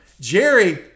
Jerry